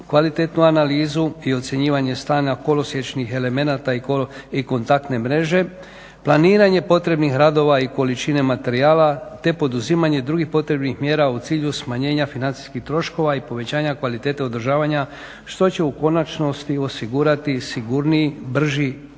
kvalitetnu analizu i ocjenjivanje stanja kolosiječnih elemenata i kontaktne mreže, planiranje potrebnih radova i količine materijala te poduzimanje drugih potrebnih mjera u cilju smanjenja financijskih troškova i povećanja kvalitete održavanja što će u konačnosti osigurati sigurniji, brži i